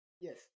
Yes